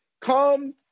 come